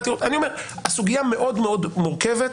הסוגיה מאוד מאוד מורכבת,